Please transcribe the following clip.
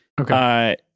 Okay